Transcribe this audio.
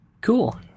Cool